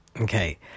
Okay